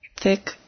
Thick